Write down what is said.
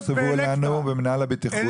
אני אבקש שיכתבו לנו ממינהל הבטיחות,